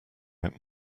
out